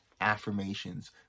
affirmations